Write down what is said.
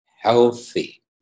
healthy